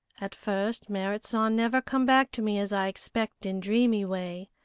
at first merrit san never come back to me as i expect in dreamy way.